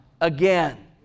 again